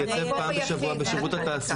אבל היא תתייצב פעם בשבוע בשרות התעסוקה.